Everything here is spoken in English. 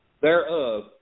thereof